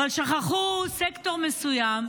אבל שכחו סקטור מסוים,